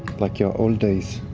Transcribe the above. like your old days?